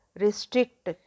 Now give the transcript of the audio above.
restrict